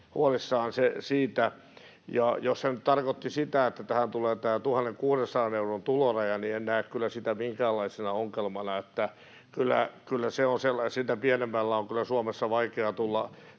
huolissaan siitä. Jos hän nyt tarkoitti sitä, että tähän tulee 1 600 euron tuloraja, niin en näe sitä kyllä minkäänlaisena ongelmana. Sitä pienemmällä on Suomessa kyllä vaikea tulla